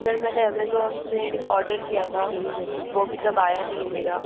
sir मैंने Amazon से order किया था वो अभी तक आया नहीं है मेरा